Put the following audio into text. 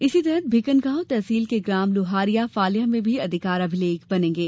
इसी तरह भीकनगाँव तहसील के ग्राम लोहारिया फाल्या में भी अधिकार अभिलेख बनेंगे